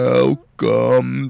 Welcome